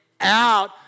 out